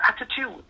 attitude